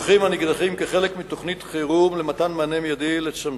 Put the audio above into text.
2009): עקב שאיבת היתר במקורות המים המזינים את נחל בצת,